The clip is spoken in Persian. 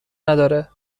نداره